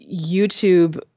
YouTube